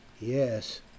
yes